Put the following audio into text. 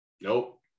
Nope